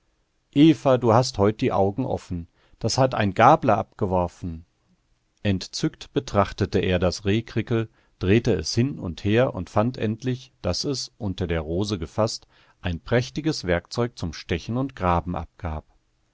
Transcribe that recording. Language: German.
eva du hast heut die augen offen das hat ein gabler abg'worfen entzückt betrachtete er das rehkrickel drehte es hin und her und fand endlich daß es unter der rose gefaßt ein prächtiges werkzeug zum stechen und graben abgab